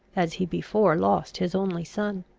as he before lost his only son.